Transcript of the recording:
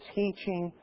teaching